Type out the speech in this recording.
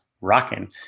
rocking